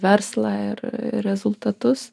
verslą ir rezultatus